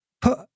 put